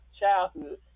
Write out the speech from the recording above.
childhood